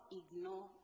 ignore